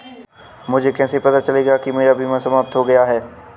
मुझे कैसे पता चलेगा कि मेरा बीमा समाप्त हो गया है?